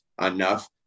enough